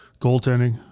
Goaltending